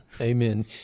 Amen